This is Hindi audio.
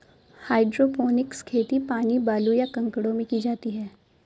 हाइड्रोपोनिक्स खेती पानी, बालू, या कंकड़ों में की जाती है